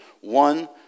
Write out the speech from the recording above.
one